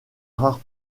rares